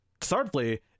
thirdly